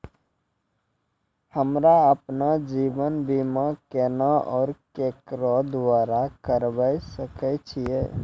हमरा आपन जीवन बीमा केना और केकरो द्वारा करबै सकै छिये?